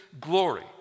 glory